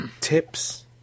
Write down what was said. tips